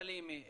סלימה,